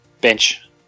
bench